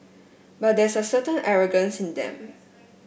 but there's a certain arrogance in them